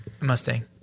Mustang